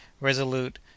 resolute